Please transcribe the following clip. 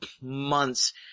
months